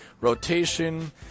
rotation